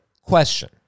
Question